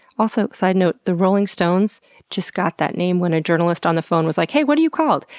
also, sidenote, the rolling stones just got that name when a journalist on the phone was like hey, what are you called?